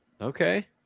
Okay